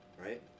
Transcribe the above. right